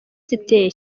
ziteye